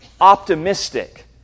optimistic